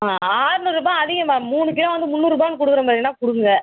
ஆ ஆற்நூறுபா அதிகம் மேம் மூணு கிலோ வந்து முந்நூறுபான்னு கொடுக்குற மாதிரின்னா கொடுங்க